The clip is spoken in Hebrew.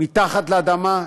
מתחת לאדמה?